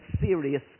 serious